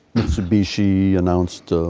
mitsubishi announced